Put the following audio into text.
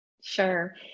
Sure